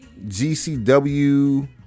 GCW